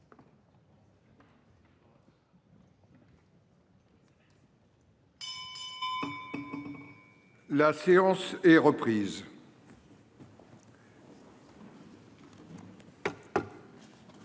La séance est reprise.